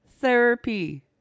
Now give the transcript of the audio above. therapy